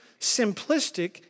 simplistic